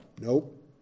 nope